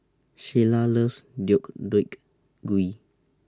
Sheilah loves Deodeok Gui